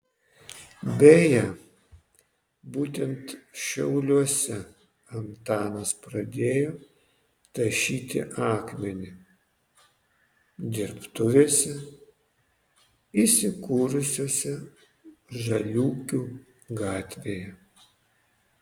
beje būtent šiauliuose antanas pradėjo tašyti akmenį dirbtuvėse įsikūrusiose žaliūkių gatvėje